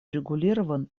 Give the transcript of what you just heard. урегулирован